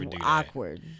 awkward